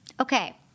Okay